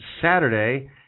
Saturday